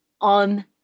on